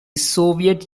soviet